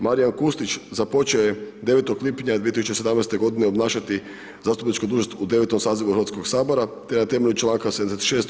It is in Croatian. Marijan Kustić započeo je 9. lipnja 2017. godine obnašati zastupničku dužnost u 9. sazivu Hrvatskog sabora te na temelju članka 76.